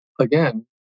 again